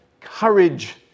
courage